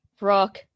rock